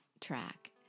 track